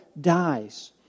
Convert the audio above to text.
dies